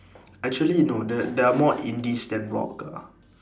actually no there there are more indies than rock ah